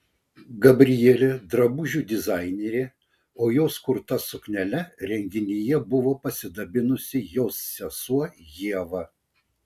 gabrielė drabužių dizainerė o jos kurta suknele renginyje buvo pasidabinusi jos sesuo ieva